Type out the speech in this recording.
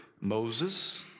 Moses